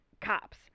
cops